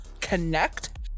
connect